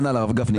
הרב גפני,